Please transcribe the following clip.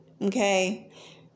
Okay